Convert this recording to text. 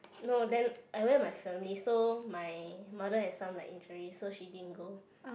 no then I went with my family so my mother has some like injury so she didn't go